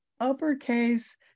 uppercase